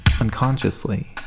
Unconsciously